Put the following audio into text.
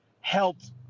helped